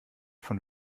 von